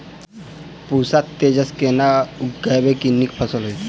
पूसा तेजस केना उगैबे की नीक फसल हेतइ?